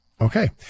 Okay